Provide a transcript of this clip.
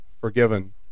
forgiven